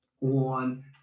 On